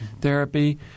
therapy